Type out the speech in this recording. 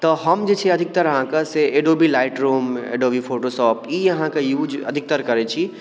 तऽ हम जे छै अधिकतर अहाँकऽ से एडोबिलाइट्रोम एडोबी फोटो शॉप ई अहाँकऽ यूज अधिकतर करैत छी